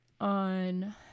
on